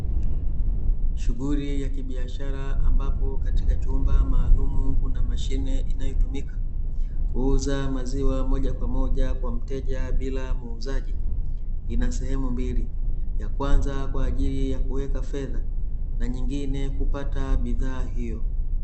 Shughuli ya kibiashara ambapo katika chumba maalumu kuna mashine inayotumika kuuza maziwa moja kwa moja pamoja kwa mteja bila muuzaji. Ina sehemu mbili: ya kwanza kwa ajili ya kuweka fedha na nyingine kupata bidhaa hiyo.